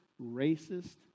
racist